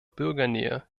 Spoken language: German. bürgernähe